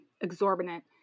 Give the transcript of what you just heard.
exorbitant